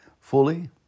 fully